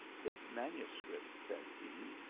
this manuscript, said he,